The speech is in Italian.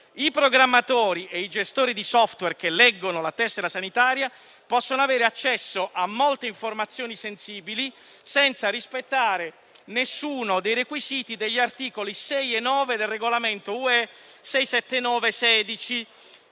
i programmatori e i gestori di *software* che leggono la tessera sanitaria possono invece avere accesso a molte informazioni sensibili, senza rispettare alcuno dei requisiti di cui agli articoli 6 e 9 del regolamento (UE)